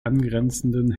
angrenzenden